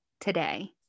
today